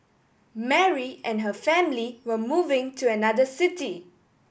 Mary and her family were moving to another city